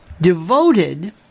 devoted